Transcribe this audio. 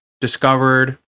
discovered